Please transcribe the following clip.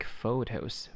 photos